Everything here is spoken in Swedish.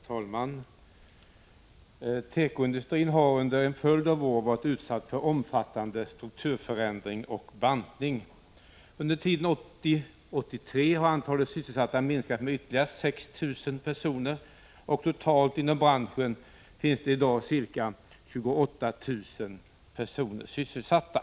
Herr talman! Tekoindustrin har under en följd av år varit utsatt för omfattande strukturförändring och bantning. Under tiden 1980-1983 har antalet sysselsatta minskat med ytterligare 6 000 personer, och totalt inom branschen finns det i dag ca 28 000 personer sysselsatta.